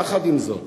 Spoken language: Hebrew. יחד עם זאת,